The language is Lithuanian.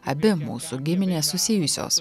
abi mūsų giminės susijusios